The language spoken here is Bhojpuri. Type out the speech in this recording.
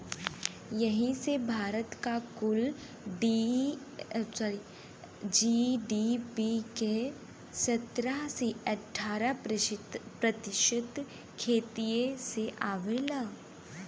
यही से भारत क कुल जी.डी.पी के सत्रह से अठारह प्रतिशत खेतिए से आवला